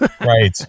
Right